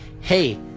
hey